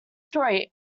story